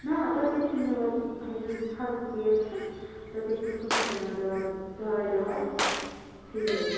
نَہ تَتہِ حظ چھُنہٕ دوان یُس اسہِ ہیٚلٕتھ کِیَر چھُ تَتہِ حظ چھُنہٕ کٕہٲنۍ تہِ نَہ دَا دَوا دِوان اسہِ فرٛی حظ